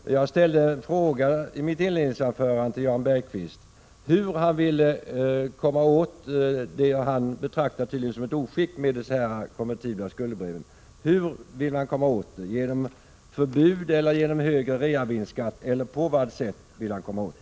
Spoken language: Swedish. I mitt inledningsanförande ställde jag en fråga till Jan Bergqvist hur han ville komma åt det som han tydligen betraktar som ett oskick med dessa konvertibla skuldebrev. Hur vill Jan Bergqvist komma åt detta — genom förbud, genom högre reavinstskatt eller på vad sätt?